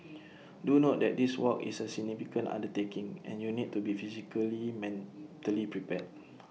do note that this walk is A significant undertaking and you need to be physically mentally prepared